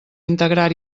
integrar